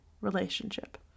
relationship